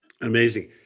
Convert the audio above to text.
Amazing